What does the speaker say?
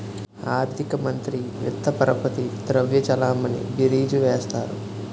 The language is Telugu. ఆర్థిక మంత్రి విత్త పరపతి ద్రవ్య చలామణి బీరీజు వేస్తారు